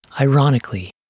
Ironically